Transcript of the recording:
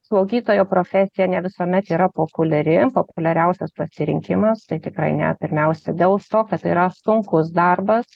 slaugytojo profesija ne visuomet yra populiari populiariausias pasirinkimas tai tikrai ne pirmiausia dėl to kad tai yra sunkus darbas